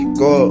go